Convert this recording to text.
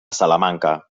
salamanca